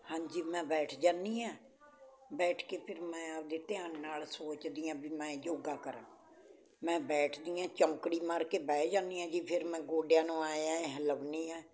ਹਾਂਜੀ ਮੈਂ ਬੈਠ ਜਾਂਦੀ ਹਾਂ ਬੈਠ ਕੇ ਫਿਰ ਮੈਂ ਆਪਣੇ ਧਿਆਨ ਨਾਲ ਸੋਚਦੀ ਹਾਂ ਵੀ ਮੈਂ ਯੋਗਾ ਕਰਾਂ ਮੈਂ ਬੈਠਦੀ ਹਾਂ ਚੌਂਕੜੀ ਮਾਰ ਕੇ ਬਹਿ ਜਾਂਦੀ ਹਾਂ ਜੀ ਫਿਰ ਮੈਂ ਗੋਡਿਆਂ ਨੂੰ ਐਂ ਐਂ ਹਿਲਾਉਂਦੀ ਹਾਂ